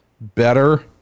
better